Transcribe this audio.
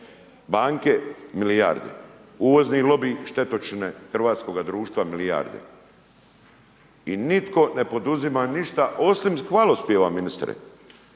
Banke, milijarde, uvozni lobiji, štetočine hrvatskoga društva milijarde. I nitko ne poduzima ništa osmi hvalospjeva ministre.